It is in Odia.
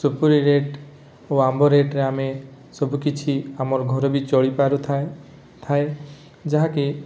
ସପୁରୀ ରେଟ୍ ଓ ଆମ୍ବ ରେଟ୍ ରେ ଆମେ ସବୁ କିଛି ଆମର ଘର ବି ଚଳିପାରୁଥାଏ ଥାଏ ଯାହାକି